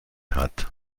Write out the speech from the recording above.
hat